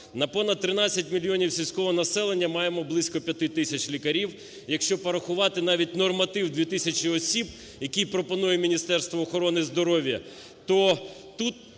на понад 13 мільйонів сільського населення маємо близько 5 тисяч лікарів. Якщо порахувати навіть норматив 2 тисячі осіб, який пропонує Міністерство охорони здоров'я, то тут…